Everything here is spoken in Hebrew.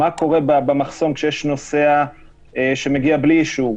מה קורה במחסום, כשיש נוסע שמגיע בלי אישור?